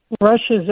Russia's